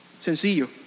Sencillo